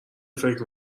فکر